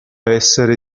essere